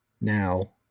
now